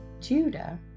Judah